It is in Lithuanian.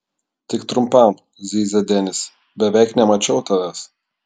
tik trumpam zyzia denis beveik nemačiau tavęs